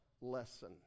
lesson